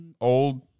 old